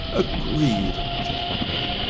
agreed! said fakrash.